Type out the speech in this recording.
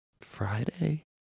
Friday